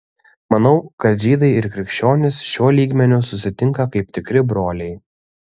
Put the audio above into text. manau kad žydai ir krikščionys šiuo lygmeniu susitinka kaip tikri broliai